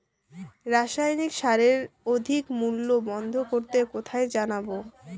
রাসায়নিক সারের অধিক মূল্য বন্ধ করতে কোথায় জানাবো?